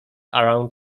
around